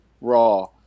raw